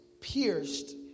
pierced